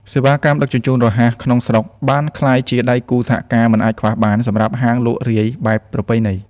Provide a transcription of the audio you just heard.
សេវាកម្មដឹកជញ្ជូនរហ័សក្នុងស្រុក បានក្លាយជាដៃគូសហការមិនអាចខ្វះបានសម្រាប់ហាងលក់រាយបែបប្រពៃណី។